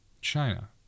China